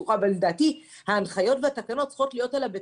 לדעתי ההנחיות והתקנות צריכות להיות על הבטיחות.